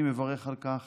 אני מברך על כך